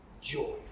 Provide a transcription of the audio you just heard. joy